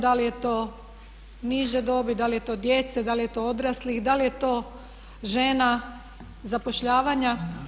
Da li je to niže dobi, da li je to djece, da li je to odraslih, da li je to žena, zapošljavanja.